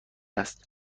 است